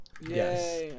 yes